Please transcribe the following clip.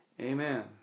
Amen